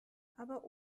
aber